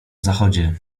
zachodzie